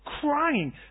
crying